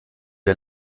ihr